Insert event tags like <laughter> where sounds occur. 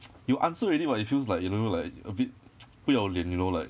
<noise> you answer already but it feels like you know like a bit <noise> 不要脸 you know like